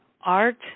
art